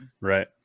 right